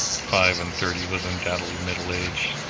five-and-thirty was undoubtedly middle-age.